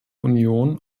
union